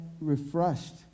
refreshed